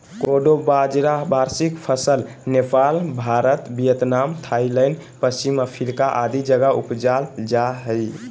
कोडो बाजरा वार्षिक फसल नेपाल, भारत, वियतनाम, थाईलैंड, पश्चिम अफ्रीका आदि जगह उपजाल जा हइ